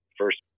first